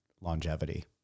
longevity